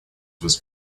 was